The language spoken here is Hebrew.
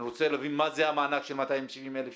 אני רוצה להבין מה זה המענק של 270,000 שקל.